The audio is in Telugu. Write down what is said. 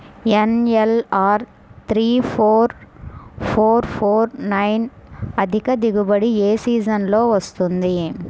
NLR three four four four nine అధిక దిగుబడి ఏ సీజన్లలో వస్తుంది?